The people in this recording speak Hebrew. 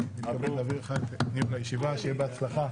אני מעביר לך את ניהול הישיבה, שיהיה לך בהצלחה.